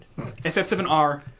FF7R